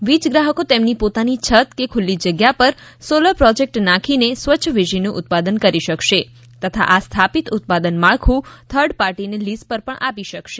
વીજ ગ્રાહકો તેમની પોતાની છત કે ખુલ્લી જગ્યા પર સોલર પ્રોજેક્ટ્ નાંખીને સ્વચ્છ વીજળીનું ઉત્પાંદન કરી શકશે તથા આ સ્થાપિત ઉત્પાદન માળખું થર્ડ પાર્ટીને લીઝ પર પણ આપી શકશે